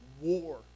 war